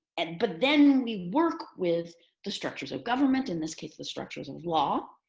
and but then we work with the structures of government. in this case, the structures of law,